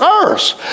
earth